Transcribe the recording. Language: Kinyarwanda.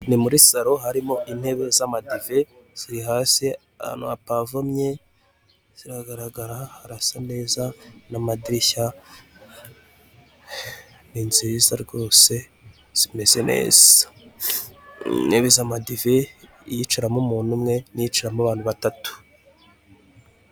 Ni muri saro harimo intebe z'amadive ziri hasi ahantu hapavomye ziragaragara harasa neza n'amadirishya ni nziza rwose zimeze neza intebe zamadive iyicaramo umuntu umwe niyiciramo abantu batatu.